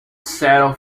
settle